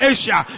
Asia